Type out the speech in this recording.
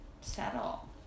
settle